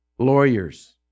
Lawyers